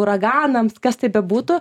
uraganams kas tai bebūtų